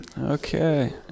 Okay